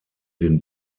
den